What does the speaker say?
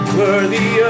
worthy